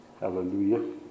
Hallelujah